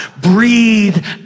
breathe